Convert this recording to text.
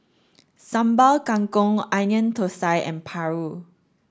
Sambal Kangkong onion Thosai and Paru